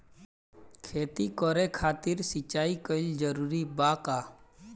खेती करे खातिर सिंचाई कइल जरूरी बा का?